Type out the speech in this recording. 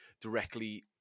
directly